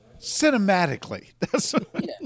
Cinematically